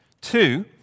Two